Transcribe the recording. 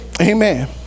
Amen